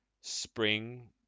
spring